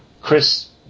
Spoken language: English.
Chris